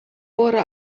wurde